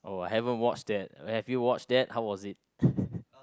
oh I haven't watch that have you watch that how was it